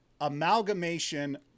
amalgamation